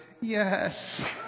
yes